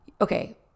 okay